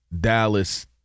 Dallas